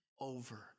over